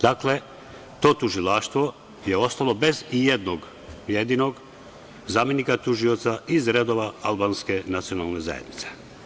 Dakle, to tužilaštvo je ostalo bez ijednog jedinog zamenika tužioca iz redova albanske nacionalne zajednice.